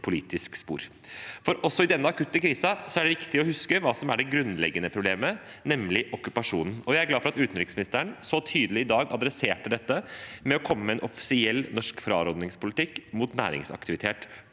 politisk spor. For også i denne akutte krisen er det viktig å huske hva som er det grunnleggende problemet, nemlig okkupasjonen. Jeg er glad for at utenriksministeren så tydelig i dag adresserte dette ved å komme med en offisiell norsk frarådingspolitikk mot næringsaktivitet